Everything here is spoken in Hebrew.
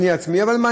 אבל מה,